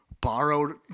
borrowed